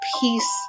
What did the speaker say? peace